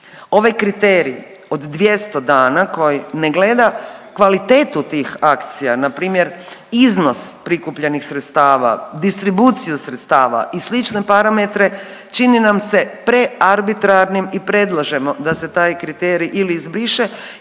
Ovaj kriterij od 200 dana koji ne gleda kvalitetu tih akcija, npr. iznos prikupljenih sredstava, distribuciju sredstava i slične parametre čini nam se prearbitrarnim i predlažemo da se taj kriterij ili izbriše